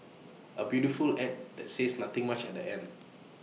A beautiful Ad that says nothing much at the end